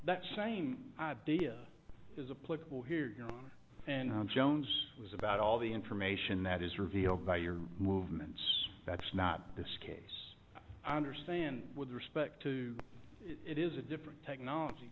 that same idea is a political hero and jones was about all the information that is revealed by your movements that's not this case i understand with respect to it is a different technology